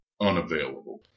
unavailable